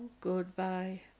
goodbye